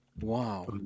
Wow